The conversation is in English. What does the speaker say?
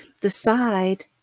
decide